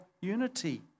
unity